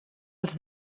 els